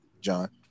John